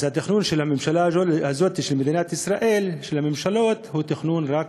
אז התכנון של הממשלה הזאת של מדינת ישראל הוא תכנון רק